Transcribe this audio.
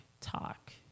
talk